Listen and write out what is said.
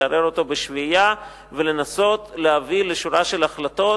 לעורר אותו בשביעייה ולנסות להביא לשורה של החלטות.